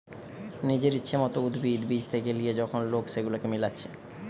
নিজের ইচ্ছের মত উদ্ভিদ, বীজ বেছে লিয়ে যখন লোক সেগুলাকে মিলাচ্ছে